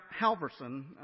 Halverson